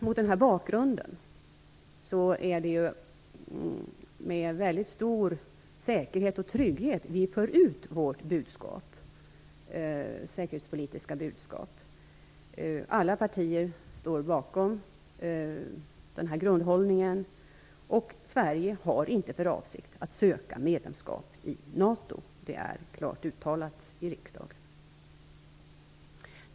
Mot den bakgrunden är det med stor säkerhet och trygghet som vi för ut vårt säkerhetspolitiska budskap. Alla partier står bakom grundhållningen. Sverige har inte för avsikt att söka medlemskap i NATO. Det är klart uttalat i riksdagen.